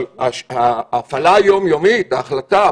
אבל ההפעלה היום-יומית החלטה,